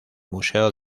museo